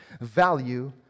value